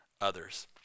others